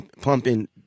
pumping